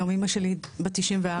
היום אימא שלי בת 94,